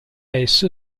esso